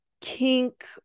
kink